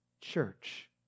church